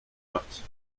partie